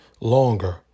longer